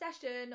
session